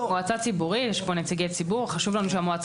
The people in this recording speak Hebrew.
לא.